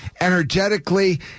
Energetically